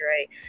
right